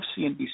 CNBC